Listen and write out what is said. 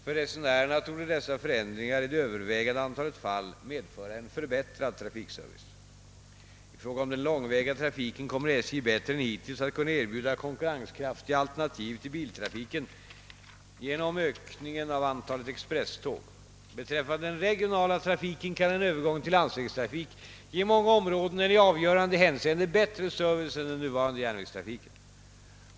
För resenärerna torde dessa förändringar i det övervägande antalet fall medföra en förbättrad trafikservice. I fråga om den långväga trafiken kommer SJ bättre än hittills att kunna erbjuda konkurrenskraftiga alternativ till biltrafiken genom ökningen av antalet expresståg. Beträffande den regionala trafiken kan en övergång till landsvägstrafik ge många områden en i avgörande hänseende bättre service än den nuvarande järnvägstrafiken.